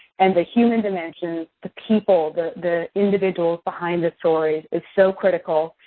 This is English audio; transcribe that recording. and the human dimension, the people, the the individuals behind the stories is so critical.